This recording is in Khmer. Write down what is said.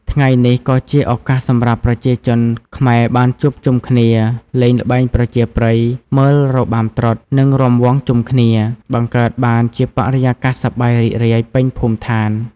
ង្ងៃនេះក៏ជាឱកាសសម្រាប់ប្រជាជនខ្មែរបានជួបជុំគ្នា លេងល្បែងប្រជាប្រិយ មើលរបាំត្រុដិ និងរាំវង់ជុំគ្នា បង្កើតបានជាបរិយាកាសសប្បាយរីករាយពេញភូមិឋាន។